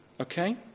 Okay